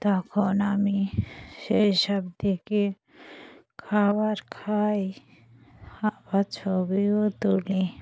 তখন আমি সেই সব দেখে খাবার খাই আবার ছবিও তুলি